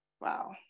Wow